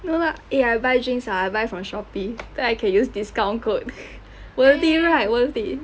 no lah eh I buy drinks ah I buy from shopee then I can use discount code worth it right worth it